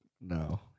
No